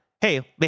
Hey